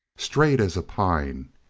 straight as a pine,